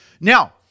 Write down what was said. Now